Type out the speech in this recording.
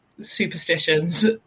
superstitions